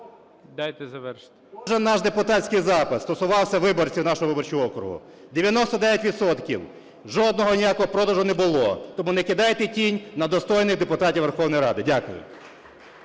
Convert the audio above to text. Дайте завершити. БАТЕНКО Т.І. … депутатський запит стосувався виборців нашого виборчого округу. 99 відсотків, жодного ніякого продажу не було. Тому не кидайте тінь на достойних депутатів Верховної Ради. Дякую.